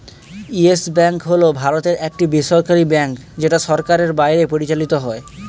yes Bank হল ভারতের একটি বেসরকারী ব্যাঙ্ক যেটা সরকারের বাইরে পরিচালিত হয়